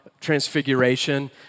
Transfiguration